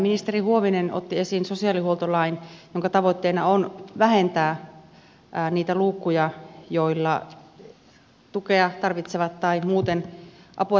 ministeri huovinen otti esiin sosiaalihuoltolain jonka tavoitteena on vähentää niitä luukkuja joilla tukea tarvitsevat tai muuten apua tarvitsevat ihmiset liikkuvat